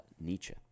Nietzsche